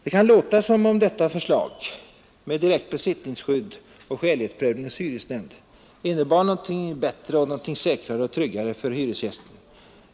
Det kan låta som om detta förslag med direkt besittningsskydd och skälighetsprövning hos hyresnämnd innebar något bättre, säkrare och tryggare för hyresgästen.